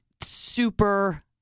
super